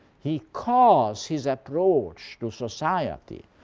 he calls his approach to society